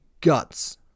guts